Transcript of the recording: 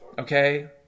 Okay